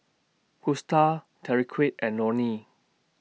Gusta Tyrique and Lonie